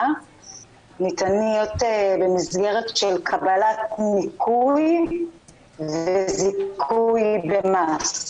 ניתנות במסגרת של קבלת ניכוי וזיכוי במס,